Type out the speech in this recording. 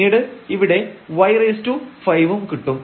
പിന്നീട് ഇവിടെ y5 ഉം കിട്ടും